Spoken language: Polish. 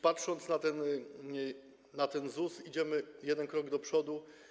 Patrząc na ten ZUS, idziemy jeden krok do przodu.